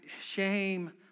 Shame